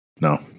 No